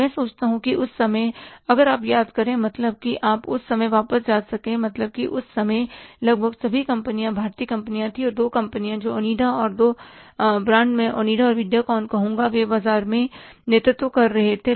मैं सोचता हूं कि उस समय अगर आप याद करें मतलब कि आप उस समय में वापस जा सके मतलब कि उस समय लगभग सभी कंपनियां भारतीय कंपनियां थीं और दो कंपनियां जो ओनिडा और दो ब्रांड मैं ओनिडा और वीडियोकॉन कहूँगा वे बाजार का नेतृत्व कर रहे थे